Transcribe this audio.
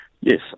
Yes